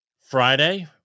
Friday